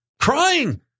crying